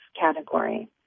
category